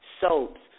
soaps